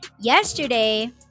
yesterday